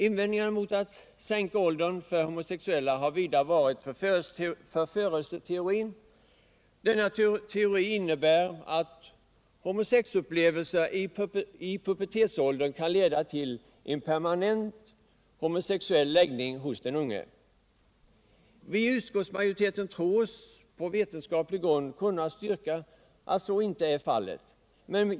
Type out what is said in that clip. Invändningar mot att sänka åldern för homosexuella handlingar har vidare varit grundade på förförelseteorin. Denna teori innebär att homosexuella upplevelser i pubertetsåldern kan leda till en permanent homosexuell läggning hos den unge. Vii utskottsmajoriteten tror oss på vetenskaplig grund kunna styrka att så inte är fallet.